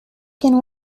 can